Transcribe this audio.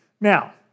Now